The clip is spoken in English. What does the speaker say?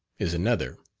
is another.